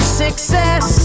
success